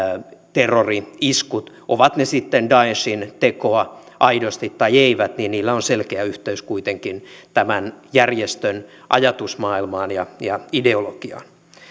terrori iskut ovat ne sitten daeshin tekoa aidosti tai eivät niillä on selkeä yhteys kuitenkin tämän järjestön ajatusmaailmaan ja ja ideologiaan